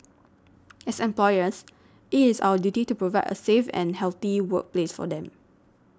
as employers it is our duty to provide a safe and healthy workplace for them